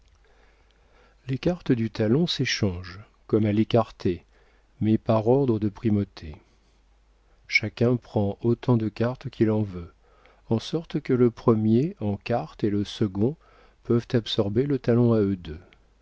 les cartes du talon s'échangent comme à l'écarté mais par ordre de primauté chacun prend autant de cartes qu'il en veut en sorte que le premier en cartes et le second peuvent absorber le talon à eux deux